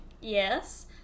yes